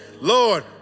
Lord